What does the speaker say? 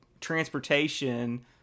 transportation